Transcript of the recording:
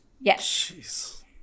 Yes